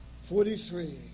Forty-three